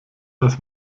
dass